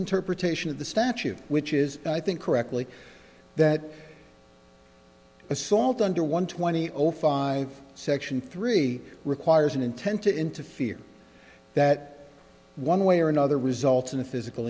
interpretation of the statute which is i think correctly that assault under one twenty five section three requires an intent to interfere that one way or another results in a physical